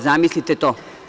Zamislite to.